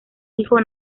hijo